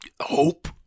hope